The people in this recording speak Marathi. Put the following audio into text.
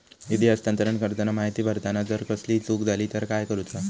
निधी हस्तांतरण करताना माहिती भरताना जर कसलीय चूक जाली तर काय करूचा?